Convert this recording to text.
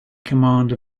command